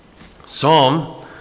Psalm